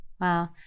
Wow